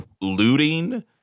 looting